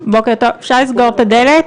היא להניע את הכנסת.